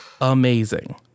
amazing